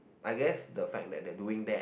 I guess the fact that they doing that